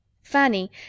Fanny